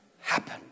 happen